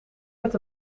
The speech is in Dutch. met